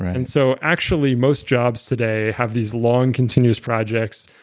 and so actually, most jobs today have these long continuous projects.